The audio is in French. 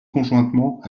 conjointement